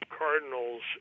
cardinals